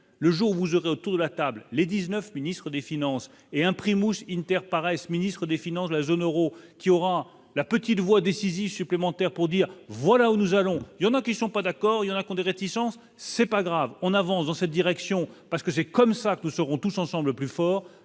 le jour où j'aurais autour de la table, les 19 ministres des Finances et imprime auch in their paraissent ministres des Finances de la zone Euro qui aura la petite voix décisive supplémentaire pour dire voilà où nous allons, il y en a qui sont pas d'accord, il raconte des réticences, c'est pas grave, on avance dans cette direction, parce que c'est comme ça que nous serons tous ensemble plus fort